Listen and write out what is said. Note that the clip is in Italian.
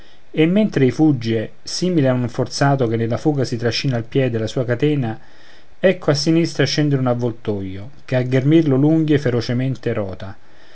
e mentre ei fugge simile a un forzato che nella fuga si trascina al piede la sua catena ecco a sinistra scendere un avvoltoio che a ghermirlo l'unghie ferocemente rota